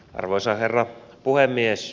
arvoisa herra puhemies